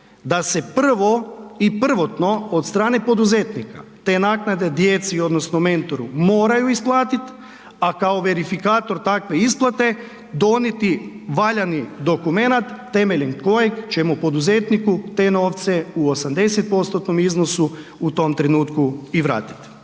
da se prvo i prvotno od strane poduzetnika te naknade djeci odnosno mentoru moraju isplatiti, a kao verifikator takve isplate donijeti valjani dokumenat temeljem kojeg ćemo poduzetniku te novce u 80%-tnom iznosu u tom trenutku i vratiti.